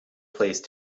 placed